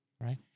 right